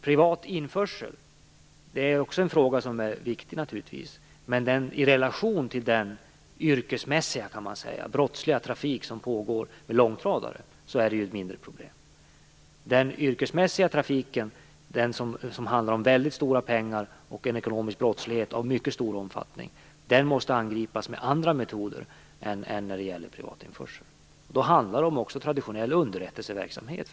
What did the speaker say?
Privat införsel är också naturligtvis en fråga som är viktig, men i relation till den så att säga yrkesmässiga brottsliga trafik som pågår med långtradare är den ett mindre problem. I den yrkesmässiga trafiken handlar det om väldigt stora pengar och en ekonomisk brottslighet av mycket stor omfattning, och den måste angripas med andra metoder än privatinförseln. Då handlar det också om traditionell underrättelseverksamhet.